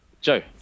Joe